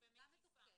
ומקיפה.